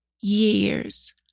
years